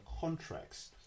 contracts